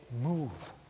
move